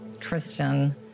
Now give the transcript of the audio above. Christian